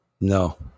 No